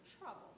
trouble